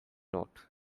note